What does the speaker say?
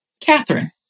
Catherine